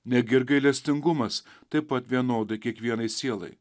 negi ir gailestingumas taip pat vienodai kiekvienai sielai